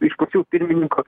iš kokių pirmininko